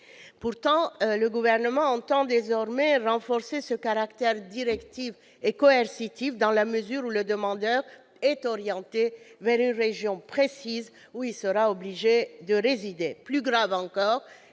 Pourtant, le Gouvernement entend renforcer ce caractère directif et coercitif, dans la mesure où le demandeur d'asile serait désormais orienté vers une région précise, où il serait obligé de résider.